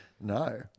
no